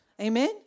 Amen